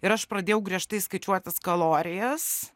ir aš pradėjau griežtai skaičiuotis kalorijas